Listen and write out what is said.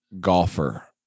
golfer